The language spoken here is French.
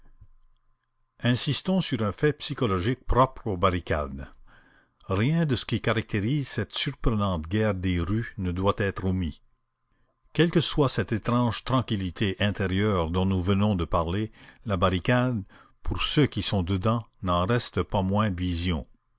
insistons sur un fait psychologique propre aux barricades rien de ce qui caractérise cette surprenante guerre des rues ne doit être omis quelle que soit cette étrange tranquillité intérieure dont nous venons de parler la barricade pour ceux qui sont dedans n'en reste pas moins vision